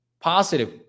positive